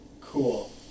Cool